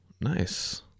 nice